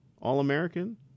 All-American